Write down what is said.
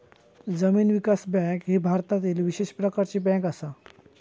जमीन विकास बँक ही भारतातली विशेष प्रकारची बँक असा